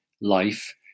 life